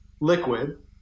liquid